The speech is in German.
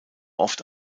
oft